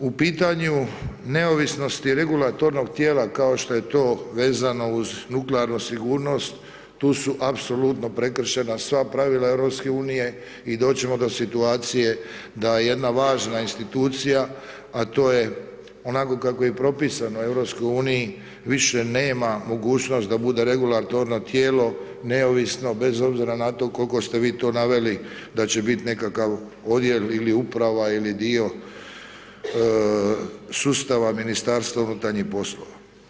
U pitanju neovisnosti regulatornog tijela kao što je to vezano uz nuklearnu sigurnost tu su apsolutno prekršena sva pravila EU i doći ćemo do situacije da jedna važna institucija a to je onako kako je propisano u EU više nema mogućnost da bude regulatorno tijelo neovisno bez obzira na to koliko ste vi to naveli da će biti nekakav odjel, ili uprava ili dio sustava Ministarstva unutarnjih poslova.